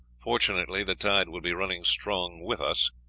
fortunately the tide will be running strong with us,